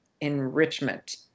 enrichment